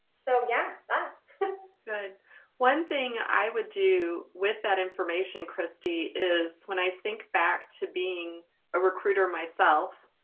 so yeah but good, one thing i would do with that information, kristy, is when i think back to being a recruiter myself.